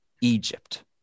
Egypt